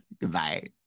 goodbye